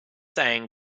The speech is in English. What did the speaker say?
saying